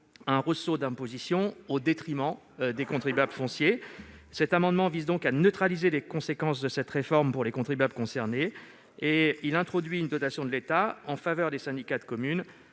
un ressaut d'imposition au détriment des contribuables fonciers. Cet amendement vise à neutraliser les conséquences de cette réforme pour les contribuables concernés en créant, à partir de 2021, une dotation de l'État, au bénéfice des syndicats de communes,